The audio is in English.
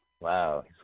Wow